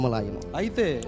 Aite